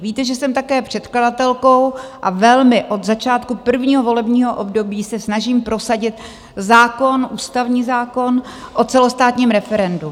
Víte, že jsem také předkladatelkou a velmi od začátku prvního volebního období se snažím prosadit zákon, ústavní zákon o celostátním referendu.